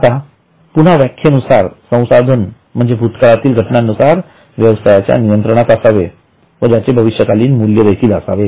आता पुन्हा व्याख्येनुसार संसाधन म्हणजे भूतकाळातील घटनांनुसार व्यवसायाच्या नियंत्रणात असावे व त्याचे भविष्यकालीन मूल्य देखील असावे